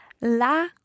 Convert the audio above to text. La